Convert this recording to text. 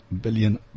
billion